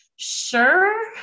sure